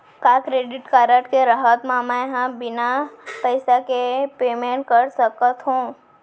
का credit card के रहत म, मैं ह बिना पइसा के पेमेंट कर सकत हो?